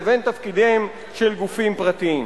לבין תפקידיהם של גופים פרטיים.